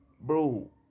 Bro